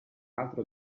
altro